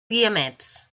guiamets